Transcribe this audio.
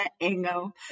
angle